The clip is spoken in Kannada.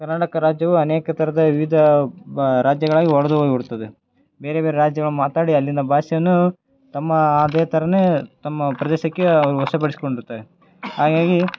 ಕರ್ನಾಟಕ ರಾಜ್ಯವು ಅನೇಕ ಥರದ ವಿವಿಧ ಬಾ ರಾಜ್ಯಗಳಾಗಿ ಒಡ್ದೋಗ್ ಬಿಡ್ತದೆ ಬೇರೆ ಬೇರೆ ರಾಜ್ಯಗಳು ಮಾತಾಡಿ ಅಲ್ಲಿನ ಭಾಷೆಯನ್ನು ತಮ್ಮ ಅದೇ ಥರನೇ ತಮ್ಮ ಪ್ರದೇಶಕ್ಕೆ ಅವರು ವಶಪಡಿಸ್ಕೊಂಡಿರ್ತಾರೆ ಹಾಗಾಗಿ